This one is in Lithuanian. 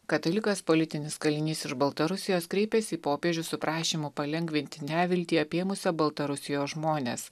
katalikas politinis kalinys iš baltarusijos kreipėsi į popiežių su prašymu palengvinti neviltį apėmusią baltarusijos žmones